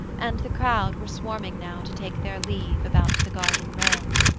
and the crowd were swarming now, to take their leave, about the garden rails.